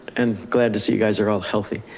and glad to see you guys are all healthy.